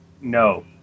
no